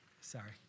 Sorry